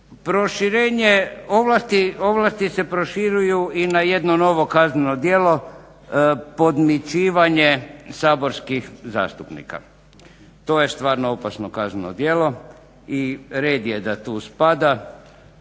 Proširenje, ovlasti se proširuju i na jedno novo kazneno djelo podmićivanje saborskih zastupnika. To je stvarno opasno kazneno djelo i red je da tu spada.